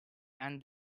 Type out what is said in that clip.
and